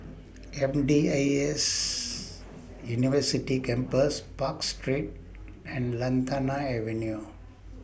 M D I S University Campus Park Street and Lantana Avenue